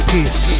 Peace